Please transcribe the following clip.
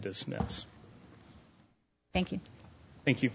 dismiss thank you thank you